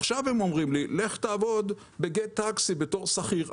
עכשיו הם אומרים לי ללכת לעבוד ב-Get taxi בתור שכיר,